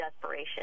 desperation